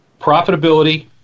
profitability